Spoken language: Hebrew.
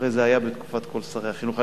הרי זה היה בתקופת כל שרי החינוך.